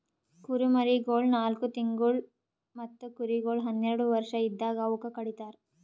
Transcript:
ಕುರಿಮರಿಗೊಳ್ ನಾಲ್ಕು ತಿಂಗುಳ್ ಮತ್ತ ಕುರಿಗೊಳ್ ಹನ್ನೆರಡು ವರ್ಷ ಇದ್ದಾಗ್ ಅವೂಕ ಕಡಿತರ್